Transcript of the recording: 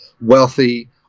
wealthy